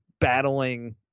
battling